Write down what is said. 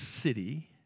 city